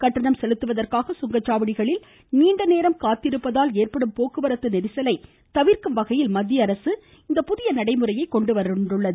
கட்டணம் செலுத்துவந்காக சுங்கச்சாவடிகளில் நீண்ட நேரம் காத்திருப்பதால் ஏற்படும் போக்குவரத்து நெரிசலை தவிர்க்கும் வகையில் மத்தியஅரசு இந்த புதிய நடைமுறையை கொண்டு வந்துள்ளது